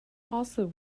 also